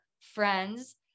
friends